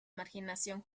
marginación